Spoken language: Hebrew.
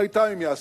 אבל אתה הם יעשו.